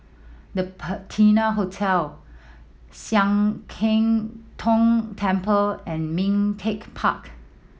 The Patina Hotel Sian Keng Tong Temple and Ming Teck Park